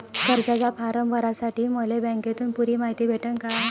कर्जाचा फारम भरासाठी मले बँकेतून पुरी मायती भेटन का?